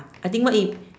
I think what if